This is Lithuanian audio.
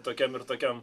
tokiam ir tokiam